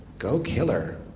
go killer!